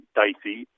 dicey